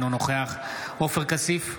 אינו נוכח עופר כסיף,